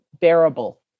bearable